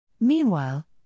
Meanwhile